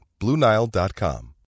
BlueNile.com